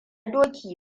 doki